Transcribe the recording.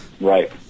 Right